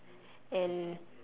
and